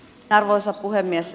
arvoisa puhemies